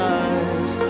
eyes